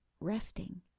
resting